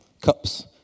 cups